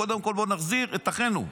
קודם כול בואו נחזיר את אחינו.